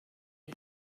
you